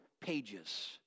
pages